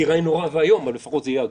זה ייראה נורא ואיום, אבל לפחות זה יהיה הגון.